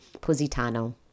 Positano